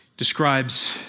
describes